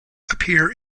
appear